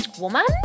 woman